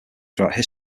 throughout